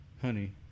Honey